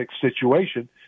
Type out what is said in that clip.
situation